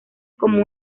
como